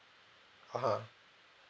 (uh huh)